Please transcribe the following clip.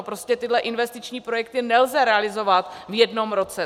Prostě tyhle investiční projekty nelze realizovat v jednom roce.